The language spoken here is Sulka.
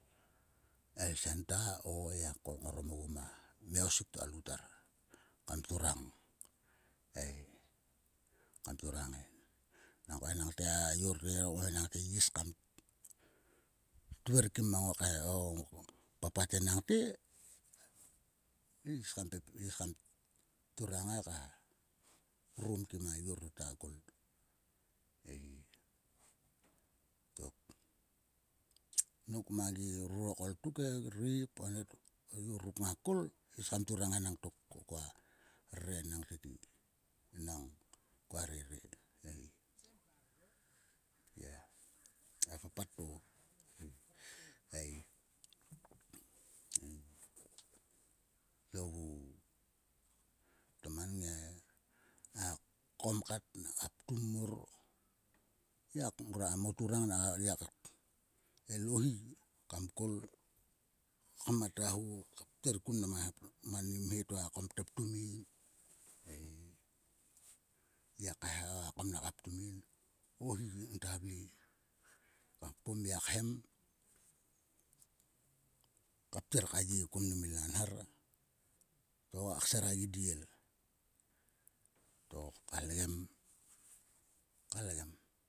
Helt senta o ngia kol ngorom ogu mami ausik to a loutar kam turang ei. Kam turang en. nangko enang a yor to ya vokom yi is kam tver kim mo kain o papat enang te. Yiis yi is kam turang he ka rum kim a yor to ta kol ei tok. Nop mang gi rurokol tuk e. ireip oni hi ruk ngak kol tis kam turang enang tok ko koa rere enang tete nang koa rere ei yes a papat to ei. Tlo vu tomen e. A kom kat naka ptum mor. ngiak ngrua moturang ngiak ngiak el o hi kam kol mat a ho pter ku mnam ani mhe to a kom ta ptum yin ei. Ngiak kaeha a kom naka ptum yin. o hi ngata vle. Ngiak kpom ngiak hem. ka pter ka ye kuon mnam ila nha to ka kser a gidie. To ka igem. ka igem.